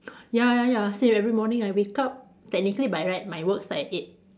ya ya ya same every morning I wake up technically by right my work start at eight